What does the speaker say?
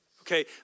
Okay